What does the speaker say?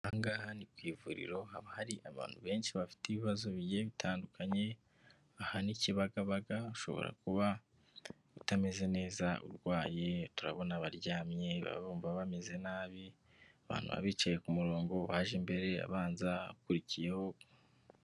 Aha ngaha ni ku ivuriro, haba hari abantu benshi bafite ibibazo bigiye bitandukanye, aha ni Kibagabaga, ushobora kuba utameze neza, arwaye, turabona abaryamye, baba bumva bameze nabi, abantu baba bicaye ku murongo, uwaje mbere abanza, ukurikiyeho.